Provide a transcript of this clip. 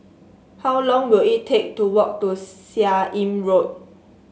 how long will it take to walk to Seah Im Road